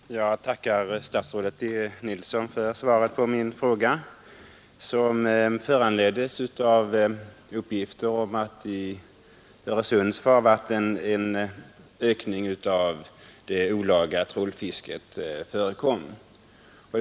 Herr talman! Jag tackar statsrådet Nilsson för svaret på min fråga, som föranleddes av uppgifter om en ökning av det olaga trålfisket i Öresunds farvatten.